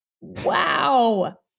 Wow